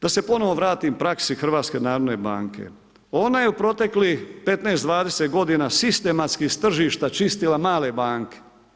Da se ponovno vratim praksi HNB-a, ona je u proteklih 15, 20 godina sistematski s tržišta čistila male banke.